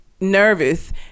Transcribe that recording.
nervous